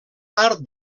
part